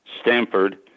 Stanford